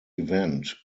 event